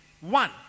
One